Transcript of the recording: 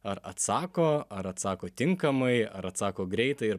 ar atsako ar atsako tinkamai ar atsako greitai ir